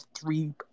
three